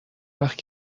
وقتی